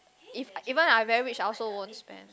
if even I very rich I also won't spend